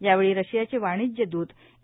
यावेळी रशियाचे वाणिज्यदूत ए